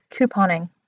Couponing